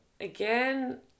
again